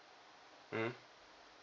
mm